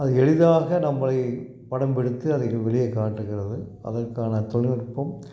அது எளிதாக நம்மளை படம் பிடித்து அதை வெளியே காட்டுகிறது அதற்கான தொழில்நுட்பம்